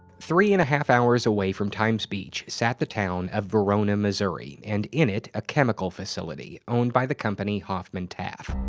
three and a half hours away from times beach sat the town of verona, missouri, and in it, a chemical facility owned by the company hoffman-taff.